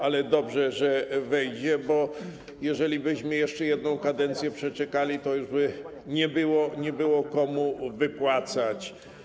Ale dobrze, że wejdzie, bo jeżelibyśmy jeszcze jedną kadencję przeczekali, to już by nie było komu wypłacać.